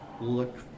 look